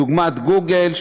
דוגמת גוגל,